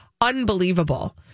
unbelievable